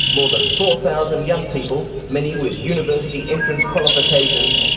more than four thousand young people, many with university entrance qualifications,